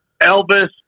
Elvis